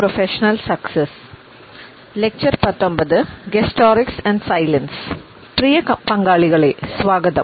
പ്രിയ പങ്കാളികളെ സ്വാഗതം